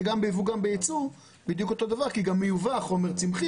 זה גם בייבוא וגם בייצוא בדיוק אותו דבר כי גם מיובא חומר צמחי